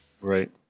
Right